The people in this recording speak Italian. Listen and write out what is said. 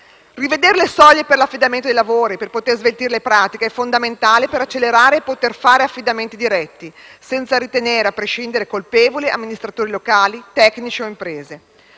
Rivedere le soglie per l'affidamento dei lavori per poter sveltire le pratiche è fondamentale per accelerare e poter fare affidamenti diretti, senza ritenere a prescindere colpevoli amministratori locali, tecnici o imprese.